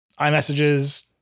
iMessages